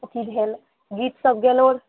सभ चीज भेल गीत सभ गेलहुँ